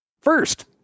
First